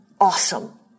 awesome